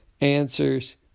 answers